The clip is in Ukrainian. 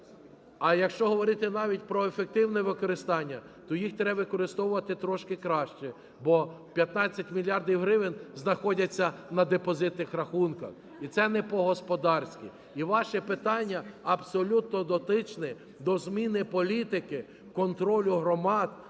А якщо говорити навіть про ефективне використання, то їх треба використовувати трошки краще, бо 15 мільярдів гривень знаходяться на депозитних рахунках, і це не по-господарськи. І ваші питання абсолютно дотичні до зміни політики контролю громад